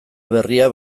berria